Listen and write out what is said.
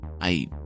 I